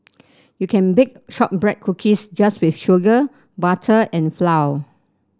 you can bake shortbread cookies just with sugar butter and flour